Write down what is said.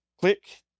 click